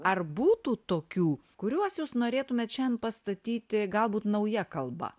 ar būtų tokių kuriuos jūs norėtumėt šian pastatyti galbūt nauja kalba